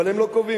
אבל הם לא קובעים.